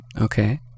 okay